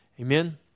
Amen